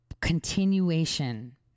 continuation